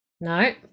No